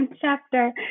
chapter